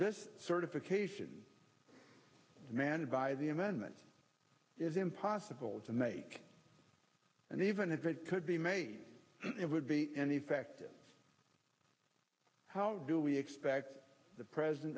this certification demanded by the amendment is impossible to make and even if it could be made it would be in effect how do we expect the president